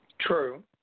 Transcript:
True